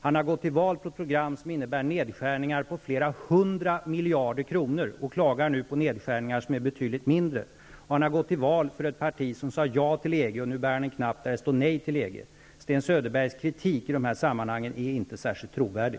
Han har gått till val på ett program som innebär nedskärningar på flera hundra miljarder kronor och klagar nu över nedskärningar som är betydligt mindre. Han har gått till val som representant för ett parti som sade ja till EG, och nu bär han en knapp där det står Nej till EG. Sten Söderbergs kritik i de här sammanhangen är inte särskilt trovärdig.